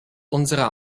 unserer